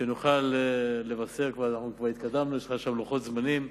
כבר התקדמנו, יש לך שם לוחות זמנים,